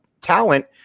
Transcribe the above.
talent